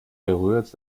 berührt